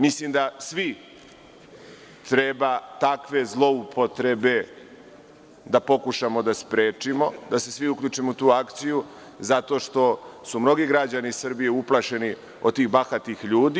Mislim da svi treba takve zloupotrebe da pokušamo da sprečimo, da se svi uključimo u tu akciju zato što su mnogi građani Srbije uplašeni od tih bahatih ljudi.